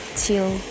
till